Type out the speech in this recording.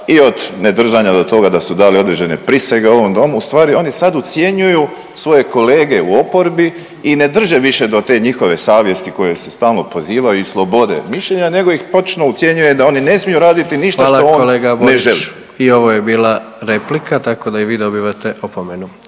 i od ne držanja do toga da su dali određene prisege u ovom domu, ustvari oni sad ucjenjuju svoje kolege u oporbi i ne drže više do te njihove savjesti koje se stalno pozivaju i slobode mišljenja nego ih počnu ucjenjuju da oni ne smiju raditi ništa što on ne želi. **Jandroković, Gordan (HDZ)** Hvala kolega Borić, i ovo je bila replika, tako da i vi dobivate opomenu.